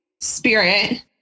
spirit